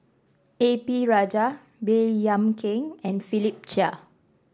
A P Rajah Baey Yam Keng and Philip Chia